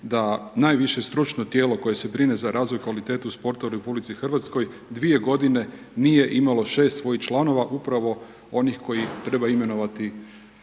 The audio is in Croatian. da najviše stručno tijelo koje se brine za razvoj i kvalitetu sporta u RH dvije godine nije imalo 6 svojih članova, upravo onih koje treba imenovati